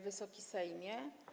Wysoki Sejmie!